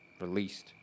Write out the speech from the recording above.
released